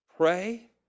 Pray